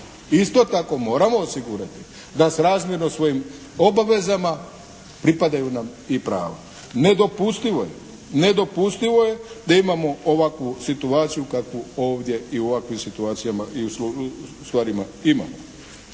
isto tako moramo osigurati da srazmjerno svojim obavezama pripadaju nam i prava. Nedopustivo je, nedopustivo je da imamo ovakvu situaciju kakvu ovdje i u ovakvim situacijama i